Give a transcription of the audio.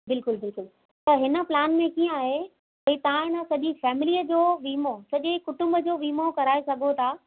बिल्कुलु बिल्कुलु त हिन प्लान में कीअं आहे भई तव्हां अन सॼी फ़ेमिलीअ जो वीमो सॼे कुटुंब जो वीमो कराए सघो था